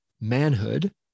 manhood